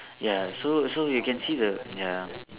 ya so so you can see the ya